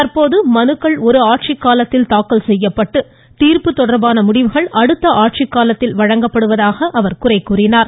தற்போது மனுக்கள் ஒரு ஆட்சிக்காலத்தில் தாக்கல் செய்யப்பட்டு தீர்ப்பு தொடர்பான முடிவுகள் அடுத்த ஆட்சிக்காலத்தில் வழங்கப்படுவதாக குறை கூறினார்